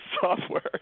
software